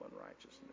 unrighteousness